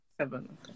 Seven